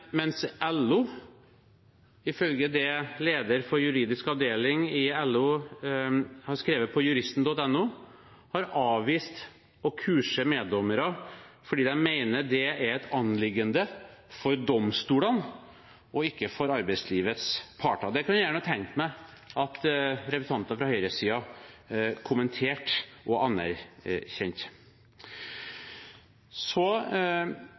mens LO, ifølge det lederen for LOs juridiske avdeling har skrevet på juristen.no, har avvist å kurse meddommere fordi de mener det er et anliggende for domstolene og ikke for arbeidslivets parter. Det kunne jeg gjerne ha tenkt meg at representanter fra høyresiden kommenterte og